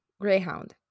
Greyhound